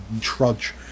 trudge